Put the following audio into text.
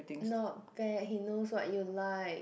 not bad he knows what you like